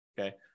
okay